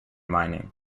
mining